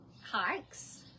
hikes